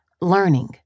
Learning